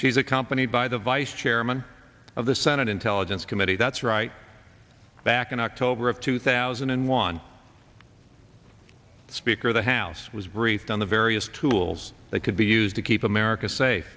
she's accompanied by the vice chairman of the senate intelligence committee that's right back in october of two thousand and one speaker of the house was briefed on the various tools that could be used to keep america sa